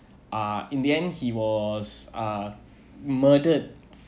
uh in the end he was uh murdered